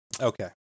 Okay